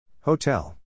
Hotel